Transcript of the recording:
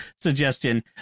suggestion